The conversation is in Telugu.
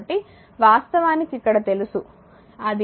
కాబట్టి వాస్తవానికి ఇక్కడ తెలుసు అది 0